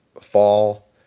fall